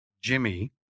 Jimmy